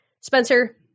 spencer